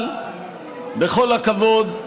אבל בכל הכבוד,